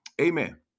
Amen